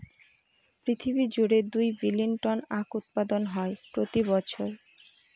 পৃথিবী জুড়ে দুই বিলীন টন আখ উৎপাদন হয় প্রতি বছর